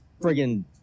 friggin